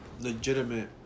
legitimate